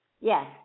Yes